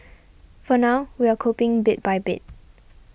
for now we're coping bit by bit